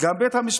מה עם בית המשפט,